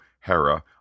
Hera